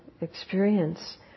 experience